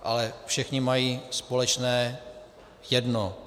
Ale všichni mají společné jedno.